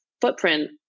footprint